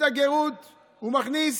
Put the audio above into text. את הגרות הוא מכניס,